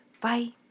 bye